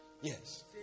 Yes